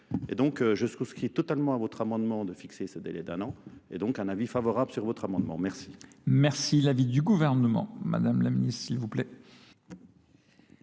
Et donc je souscris totalement à votre amendement de fixer ces délais d'un an et donc un avis favorable sur votre amendement. Merci. Merci. L'avis L'avis du gouvernement, madame la ministre, s'il vous plaît.